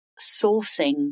sourcing